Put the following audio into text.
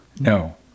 No